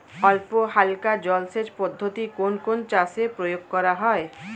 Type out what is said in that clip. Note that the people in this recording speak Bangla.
অল্পহালকা জলসেচ পদ্ধতি কোন কোন চাষে প্রয়োগ করা হয়?